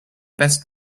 best